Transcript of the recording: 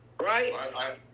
right